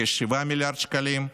בכ-7 מיליארד שקלים,